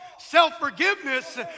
Self-forgiveness